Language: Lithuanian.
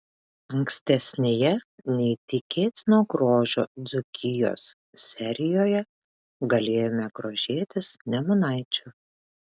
ankstesnėje neįtikėtino grožio dzūkijos serijoje galėjome grožėtis nemunaičiu